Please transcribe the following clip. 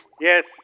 Yes